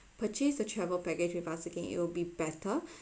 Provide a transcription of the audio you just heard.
purchase the travel package with us again it'll be better